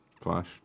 Flash